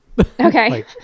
Okay